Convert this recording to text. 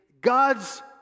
God's